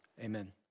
amen